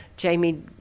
Jamie